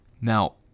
Now